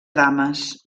dames